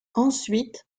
ensuite